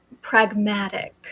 pragmatic